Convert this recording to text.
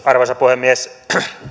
arvoisa puhemies